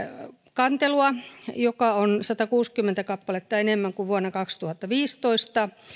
kantelua mikä on satakuusikymmentä kappaletta enemmän kuin vuonna kaksituhattaviisitoista